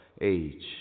age